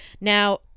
Now